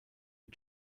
you